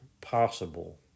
possible